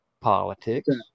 politics